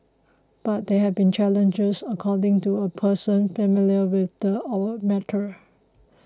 but there have been challenges according to a person familiar with the matter